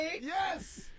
Yes